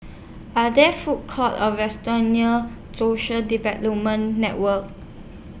Are There Food Courts Or restaurants near Social Development Network